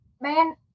man